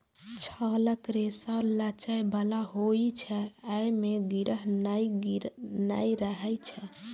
छालक रेशा लचै बला होइ छै, अय मे गिरह नै रहै छै